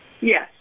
Yes